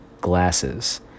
glasses